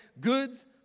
goods